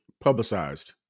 publicized